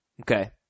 Okay